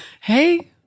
Hey